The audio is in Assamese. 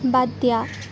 বাদ দিয়া